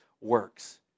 works